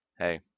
Hey